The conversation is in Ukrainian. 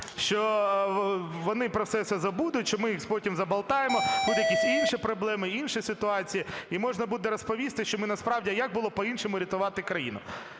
що вони про все це забудуть, що ми їх потім заболтаємо, будуть якісь інші проблеми, інші ситуації, і можна буде розповісти, що ми насправді… а як було по іншому рятувати країну.